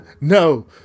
No